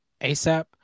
ASAP